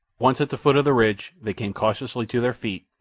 once at the foot of the ridge, they came cautiously to their feet,